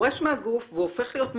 שפורש מהגוף והופך להיות מאכער,